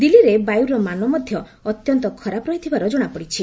ଦିଲ୍ଲୀରେ ବାୟୁର ମାନ ମଧ୍ୟ ଅତ୍ୟନ୍ତ ଖରାପ ରହିଥିବାର ଜଣାପଡ଼ିଛି